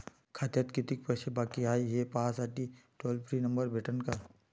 खात्यात कितीकं पैसे बाकी हाय, हे पाहासाठी टोल फ्री नंबर भेटन का?